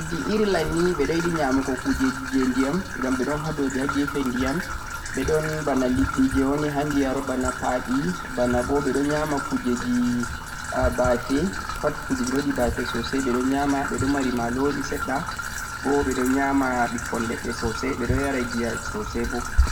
leddi Irelannd ni ɓe ɗon yiɗi nyaamugo kuujeeeji nder ndiyam, ngam ɓe ɗo ha dow ha gefe ndiyam, ɓe bana liɗɗi jee woni ha ndiyar, bana pa'ɓi banabo ɓe ɗo nyaama kuujeeeji baafe pat kuujeeeji waɗi baafe soosay ɓe ɗo nyaama, ɓe ɗon mari maaloori seɗɗa, bo ɓe ɗo mari, bo ɓe ɗon nyaama ɓikkoy leɗɗe soosay ɓe ɗo yara giya soosay bo.